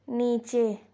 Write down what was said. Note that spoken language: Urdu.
نیچے